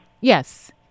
Yes